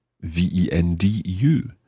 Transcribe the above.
V-E-N-D-U